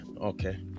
okay